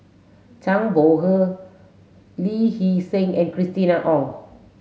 Zhang Bohe Lee Hee Seng and Christina Ong